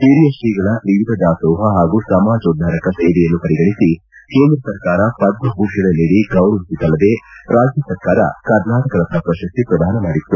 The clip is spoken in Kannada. ಹಿರಿಯ ಶ್ರೀಗಳ ತ್ರಿವಿಧ ದಾಸೋಹ ಪಾಗೂ ಸಮಾಜೋದ್ದಾರಕ ಸೇವೆಯನ್ನು ಪರಿಗಣಿಸಿ ಕೇಂದ್ರ ಸರ್ಕಾರ ಪದ್ದಭೂಷಣ ನೀಡಿ ಗೌರವಿಸಿತ್ತಲ್ಲದೆ ರಾಜ್ಯ ಸರ್ಕಾರ ಕರ್ನಾಟಕ ರತ್ನ ಪ್ರದಾನ ಮಾಡಿತ್ತು